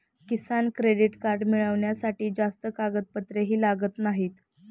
किसान credit card मिळवण्यासाठी जास्त कागदपत्रेही लागत नाहीत